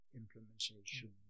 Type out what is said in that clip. implementation